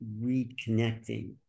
reconnecting